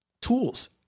Tools